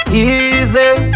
Easy